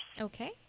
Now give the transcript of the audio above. Okay